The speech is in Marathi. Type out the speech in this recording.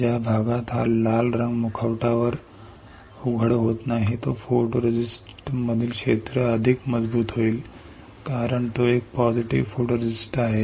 ज्या भागात हा लाल रंग मुखवटावर उघड होत नाही तो फोटोरेस्टिस्टमधील क्षेत्र अधिक मजबूत होईल कारण तो एक सकारात्मक फोटोरिस्टिस्ट आहे